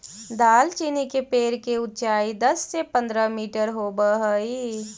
दालचीनी के पेड़ के ऊंचाई दस से पंद्रह मीटर होब हई